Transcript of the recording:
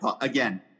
again